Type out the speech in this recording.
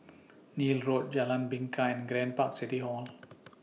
Neil Road Jalan Bingka and Grand Park City Hall